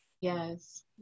Yes